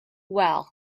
well